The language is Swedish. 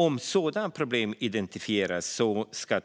Om sådana problem identifieras ska